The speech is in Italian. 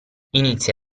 inizia